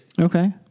Okay